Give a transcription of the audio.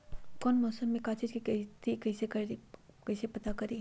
कौन मौसम में का चीज़ के खेती करी कईसे पता करी?